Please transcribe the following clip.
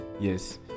yes